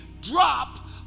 Drop